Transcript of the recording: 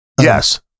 yes